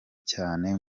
cyane